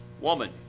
woman